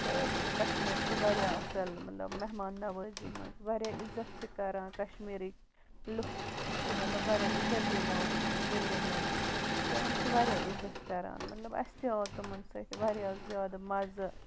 تہٕ دوٚپُکھ کَشمیٖر چھُ واریاہ اَصٕل مطلب مہمان نَوٲزی منٛز واریاہ عِزت چھِ کران کَشمیٖرٕکۍ لُکھ یِم چھِ مطلب واریاہ عِزت دِوان نیبرِمین تہٕ یِم چھِ واریاہ عِزَت کران مطلب اَسہِ تہِ آو تِمَن سۭتۍ واریاہ زیادٕ مَزٕ